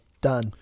done